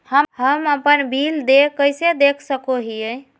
हम अपन बिल देय कैसे देख सको हियै?